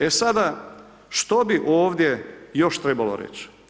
E sada što bi ovdje još trebalo reći?